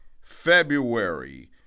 February